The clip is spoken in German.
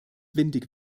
windig